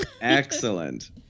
Excellent